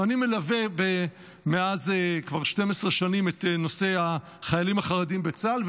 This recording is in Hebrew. אני מלווה כבר 12 שנים את נושא החיילים החרדים בצה"ל,